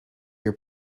your